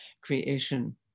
creation